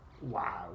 wow